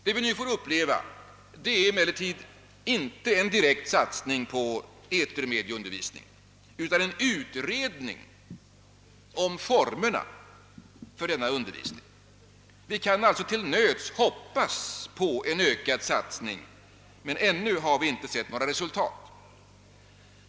Vad vi nu får uppleva är emellertid inte en direkt satsning på etermediaundervisning utan förslag till en utredning om formerna för denna undervisning. Vi kan alltså till nöds hoppas på en ökad satsning härvidlag, men ännu har vi inte sett några resultat.